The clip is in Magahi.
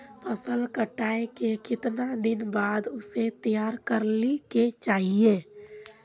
फसल कटाई के कीतना दिन बाद उसे तैयार कर ली के चाहिए?